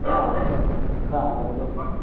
ஆ அதான்